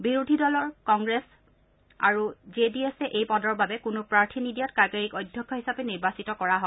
বিৰোধী দল কংগ্ৰেছ আৰু জে ডি এছ এ এই পদৰ বাবে কোনো প্ৰাৰ্থী নিদিয়াত কাগেৰিক অধ্যক্ষ হিচাপে নিৰ্বাচিত কৰা হয়